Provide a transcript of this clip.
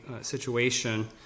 situation